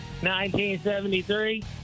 1973